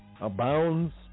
Abounds